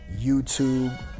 YouTube